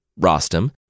Rostam